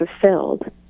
fulfilled